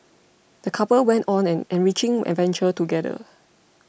the couple went on an enriching adventure together